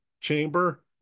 chamber